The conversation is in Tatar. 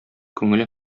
күңеле